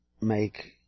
make